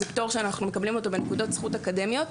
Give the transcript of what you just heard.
הוא פטור שאנחנו מקבלים בנקודות זכות אקדמיות,